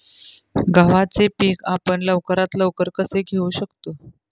गव्हाचे पीक आपण लवकरात लवकर कसे घेऊ शकतो?